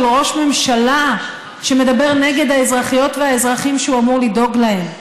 ראש ממשלה שמדבר נגד האזרחיות והאזרחים שהוא אמור לדאוג להם,